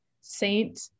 Saint